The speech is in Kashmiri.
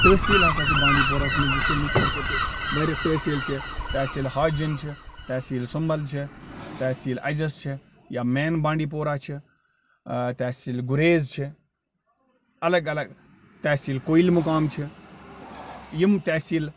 تٔحصیٖل ہسا چھِ بانٛڈی پوراہَس منٛز یِتھۍ پٲٹھۍ مثال کے طور پر واریاہ تٔحصیٖل چھِ تَحصیٖل حاجِن چھُ تحصیٖل سُمبل چھُ تَحصیٖل اَجَس چھُ یا مین بانٛڈی پورا چھُ ٲں تَحصیٖل گُریز چھُ اَلگ اَلگ تَحصیٖل کویل مُقام چھُ یِم تَحصیٖل